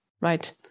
right